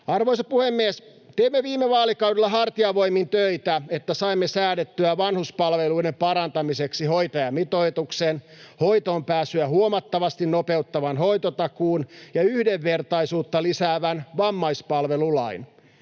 Arvoisa puhemies! Teimme viime vaalikaudella hartiavoimin töitä, että saimme säädettyä vanhuspalveluiden parantamiseksi hoitajamitoituksen, hoitoonpääsyä huomattavasti nopeuttavan hoitotakuun ja yhdenvertaisuutta lisäävän vammaispalvelulain.